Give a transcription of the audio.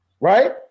Right